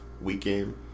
weekend